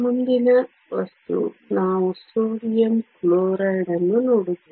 ಮುಂದಿನ ವಸ್ತು ನಾವು ಸೋಡಿಯಂ ಕ್ಲೋರೈಡ್ ಅನ್ನು ನೋಡುತ್ತೇವೆ